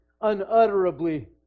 unutterably